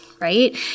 right